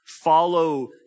follow